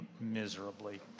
miserably